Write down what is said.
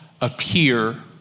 appear